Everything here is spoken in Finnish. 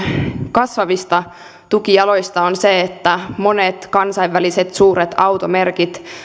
kasvavista tukijaloista on se että monet kansainväliset suuret automerkit